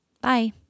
Bye